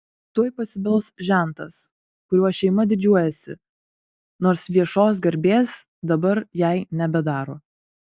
tuoj pasibels žentas kuriuo šeima didžiuojasi nors viešos garbės dabar jai nebedaro